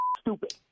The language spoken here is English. stupid